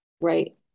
right